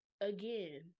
again